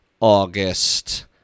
August